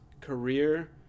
career